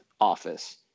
office